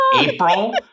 April